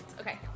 Okay